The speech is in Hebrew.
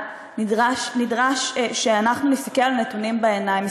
נדרש שאנחנו נסתכל על הנתונים בעיניים.